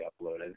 uploaded